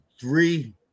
three